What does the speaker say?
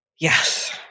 Yes